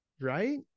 Right